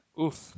Oof